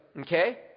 okay